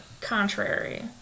contrary